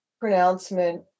pronouncement